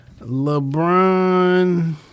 LeBron